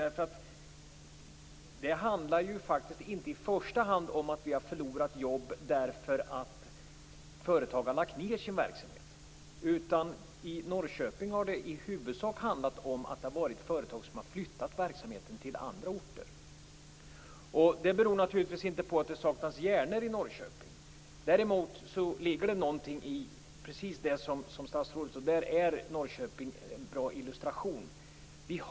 Det handlar inte i första hand om att ha förlorat jobb därför att företag har lagt ned sin verksamhet. I Norrköping har det i huvudsak handlat om att företag har flyttat sin verksamhet till andra orter. Det beror naturligtvis inte på att det saknas hjärnor i Norrköping. Däremot ligger det mycket i det statsrådet sade att Norrköping utgör ett illustrativt exempel.